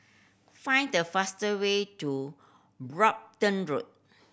find the fast way to Brompton Road